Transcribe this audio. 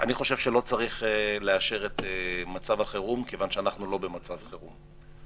אני חושב שלא צריך לאשר את מצב החירום כיוון שאנחנו לא במצב חירום.